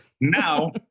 Now